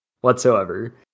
Whatsoever